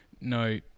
No